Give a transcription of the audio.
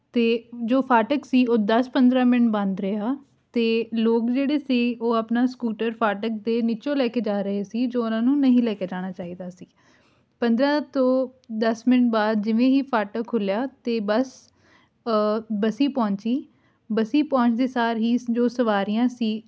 ਅਤੇ ਜੋ ਫਾਟਕ ਸੀ ਉਹ ਦਸ ਪੰਦਰਾਂ ਮਿੰਟ ਬੰਦ ਰਿਹਾ ਅਤੇ ਲੋਕ ਜਿਹੜੇ ਸੀ ਉਹ ਆਪਣਾ ਸਕੂਟਰ ਫਾਟਕ ਦੇ ਨੀਚੋ ਲੈ ਕੇ ਜਾ ਰਹੇ ਸੀ ਜੋ ਉਹਨਾਂ ਨੂੰ ਨਹੀਂ ਲੈ ਕੇ ਜਾਣਾ ਚਾਹੀਦਾ ਸੀ ਪੰਦਰਾਂ ਤੋਂ ਦਸ ਮਿੰਟ ਬਾਅਦ ਜਿਵੇਂ ਹੀ ਫਾਟਕ ਖੁੱਲ੍ਹਿਆ ਅਤੇ ਬੱਸ ਬੱਸੀ ਪਹੁੰਚੀ ਬੱਸੀ ਪਹੁੰਚਦੇ ਸਾਰ ਹੀ ਜੋ ਸਵਾਰੀਆਂ ਸੀ